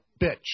bitch